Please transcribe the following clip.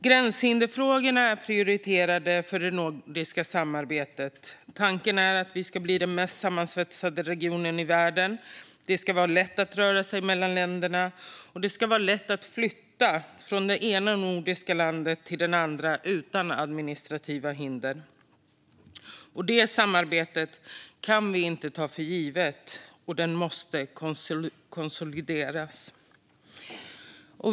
Gränshinderfrågorna är prioriterade i det nordiska samarbetet. Tanken är att vi ska bli den mest sammansvetsade regionen i världen. Det ska vara lätt att röra sig mellan länderna, och det ska vara lätt att flytta från det ena nordiska landet till det andra utan att stöta på administrativa hinder. Det samarbetet kan inte tas för givet, och det måste konsolideras.